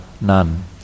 none